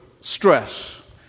stress